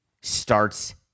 starts